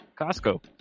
Costco